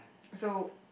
so